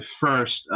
first